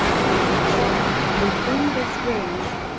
so i'm gonna check within this range,